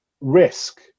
risk